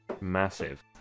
massive